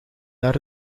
naar